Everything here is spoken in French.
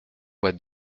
voix